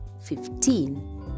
fifteen